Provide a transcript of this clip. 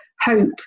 hope